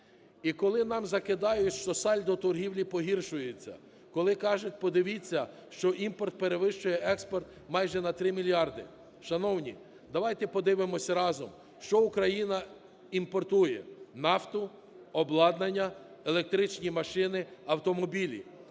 І коли нам закидають, що сальдо торгівлі погіршується, коли кажуть, подивіться, що імпорт перевищує експорт майже на 3 мільярди, шановні, давайте подивимося разом, що Україна імпортує: нафту, обладнання, електричні машини, автомобілі.